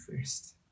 first